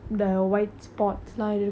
!wah! so cute sia